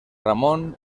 ramón